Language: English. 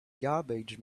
garbage